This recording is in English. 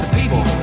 people